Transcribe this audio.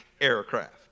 aircraft